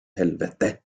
helvete